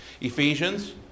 Ephesians